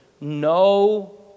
No